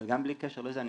אבל גם בלי שום קשר לזה.